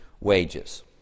wages